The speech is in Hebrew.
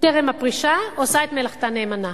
טרם הפרישה, עושה את מלאכתה נאמנה.